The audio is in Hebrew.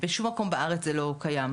בשום מקום בארץ זה לא קיים.